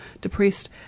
depressed